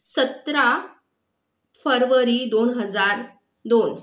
सतरा फरवरी दोन हजार दोन